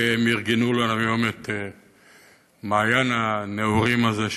שהם ארגנו לנו היום את מעיין הנעורים הזה,